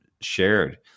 shared